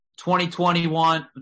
2021